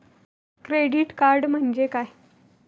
Credit card म्हणजे काय?